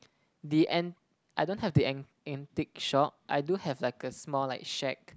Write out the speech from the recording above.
the an I don't have the an antique shop I do have like a small like shack